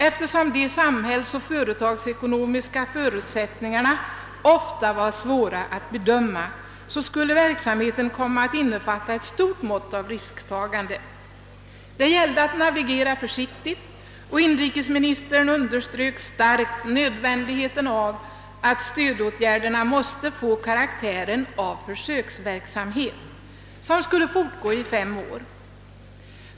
Då de samhällsoch företagsekonomiska förutsättningarna ofta var svåra att bedöma skulle verksamheten komma att innefatta ett stort mått av risktagande. Det gällde att navigera försiktigt, och inrikesministern underströk starkt nödvändigheten av att stödåtgärderna måste få karaktären av en försöksverksamhet som skulle fortgå i fem år.